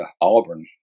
Auburn